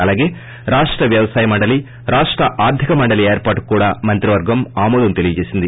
అలాగే రాష్ట వ్యవసాయ మండలి రాష్ట్ ఆర్ధిక మండలి ఏర్పాటుకు కూడా మంత్రివర్గం ఆమోదం తెలీపింది